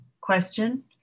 question